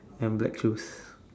and black shoes